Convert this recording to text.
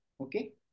Okay